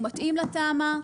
הוא מתאים לתמ"א,